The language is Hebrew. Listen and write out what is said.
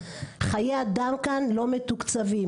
חיי אדם כאן לא מתוקצבים.